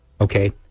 Okay